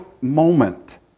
moment